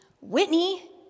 Whitney